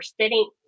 sitting